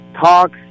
talks